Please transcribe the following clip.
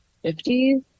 Fifties